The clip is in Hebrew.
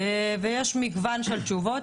יש מגוון של תשובות,